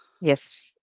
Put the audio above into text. Yes